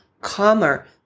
calmer